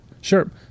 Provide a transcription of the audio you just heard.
Sure